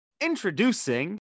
Introducing